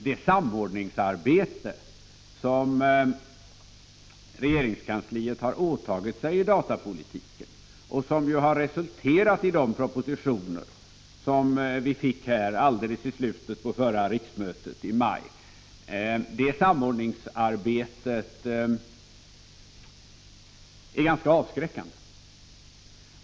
Det samordningsarbete som regeringskansliet har åtagit sig inom datapolitiken och som har resulterat i de propositioner som vi fick alldeles i slutet av förra riksmötet, i maj, är ganska avskräckande.